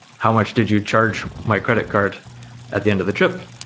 how much did you charge my credit card at the end of the trip?